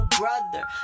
brother